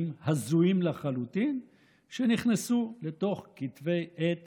הזויים לחלוטין שנכנסו לתוך כתבי עת